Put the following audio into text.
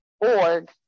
org